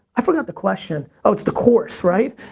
i forgot the question. oh, it's the course, right?